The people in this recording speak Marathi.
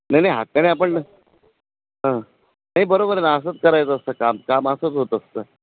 नाही नाही आता ना आपण नाही बरोबर ना असंच करायचं असतं काम काम असंच होत असतं